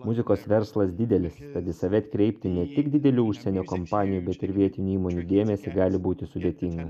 muzikos verslas didelis tad į save atkreipti ne tik didelių užsienio kompanijų bet ir vietinių įmonių dėmesį gali būti sudėtinga